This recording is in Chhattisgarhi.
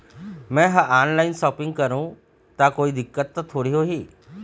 मैं हर ऑनलाइन शॉपिंग करू ता कोई दिक्कत त थोड़ी होही?